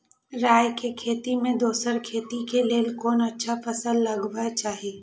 राय के खेती मे दोसर खेती के लेल कोन अच्छा फसल लगवाक चाहिँ?